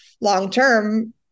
long-term